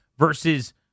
Versus